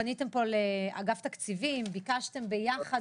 פניתם פה לאגף תקציבים וביקשתם ביחד